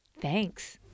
Thanks